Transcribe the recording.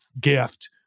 gift